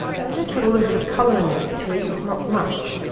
i'm going to put a little bit of colour in these trees but not much.